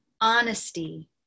honesty